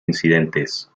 incidentes